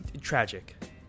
tragic